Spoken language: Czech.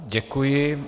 Děkuji.